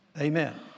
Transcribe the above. Amen